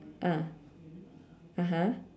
ah (uh huh)